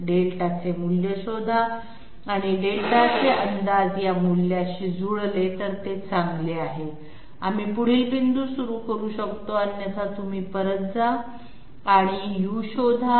δ चे मूल्य शोधा आणि δ चे अंदाज या मूल्याशी जुळले तर ते चांगले आहे आम्ही पुढील बिंदू सुरू करू शकतो अन्यथा तुम्ही पुन्हा परत जा आणि u शोधा